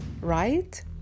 right